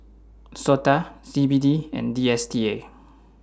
Sota C B D and D S T A